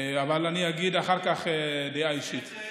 אבל אני אגיד אחר כך דעה אישית.